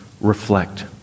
reflect